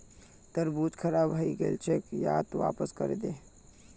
तरबूज खराब हइ गेल छोक, यहाक वापस करे दे